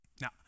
Now